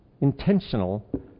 intentional